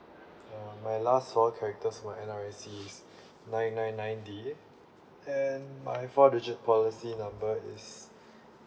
uh my last four characters of N_R_I_C is nine nine nine D and my four digit policy number is